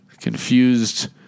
Confused